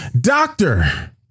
doctor